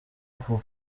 ubu